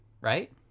right